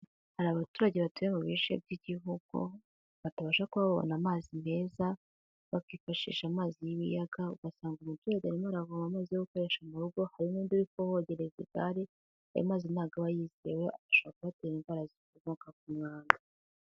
Hari abaturage batuye mu bice by'Igihugu, batabasha kuba babona amazi meza, bakifashisha amazi y'ibiyaga; ugasanga umuturage arimo aravoma amazi yo gukoresha mu rugo, hari n'undi uri kuhogereza igari, ayo mazi ntabwo aba yizewe, ashobora kubatera indwara zikomoka ku mwanda.